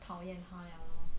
讨厌他 liao lor